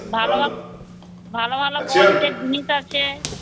ভালো ভালো ভালো ভালো কোয়ালিটির জিনিস আছে